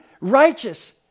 righteous